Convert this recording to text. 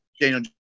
Daniel